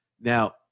Now